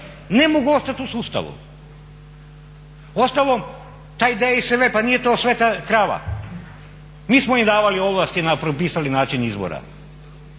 ne mogu ostati u sustavu. Uostalom taj DSV pa nije to sveta krava. Mi smo im davali ovlasti i propisali način izbora.